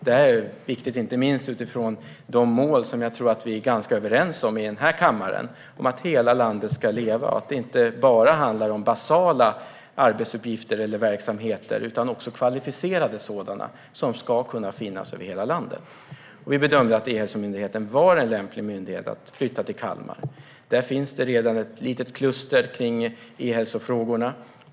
Det är viktigt inte minst utifrån de mål som jag tror att vi är ganska överens om i den här kammaren - att hela landet ska leva och att det inte bara är basala arbetsuppgifter eller verksamheter utan också kvalificerade sådana som ska kunna finnas över hela landet. Vi bedömde att E-hälsomyndigheten var en lämplig myndighet att flytta till Kalmar. Där finns det redan ett litet kluster kring e-hälsofrågorna.